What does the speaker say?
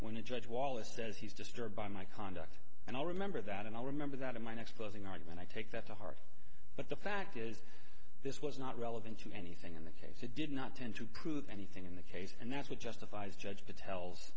when a judge wallace says he's disturbed by my conduct and i'll remember that and i'll remember that in my next closing argument i take that to heart but the fact is this was not relevant to anything in that case it did not tend to prove anything in the case and that's what justifies judg